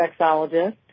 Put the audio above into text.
sexologist